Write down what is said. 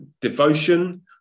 devotion